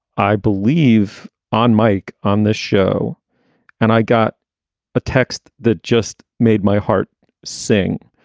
i believe on mike on this show and i got a text that just made my heart sing.